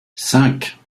cinq